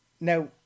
now